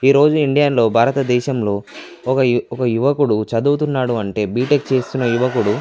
ఈరోజు ఇండియాలో భారతదేశంలో ఒక ఒక యువకుడు చదువుతున్నాడు అంటే బీటెక్ చేసిన యువకుడు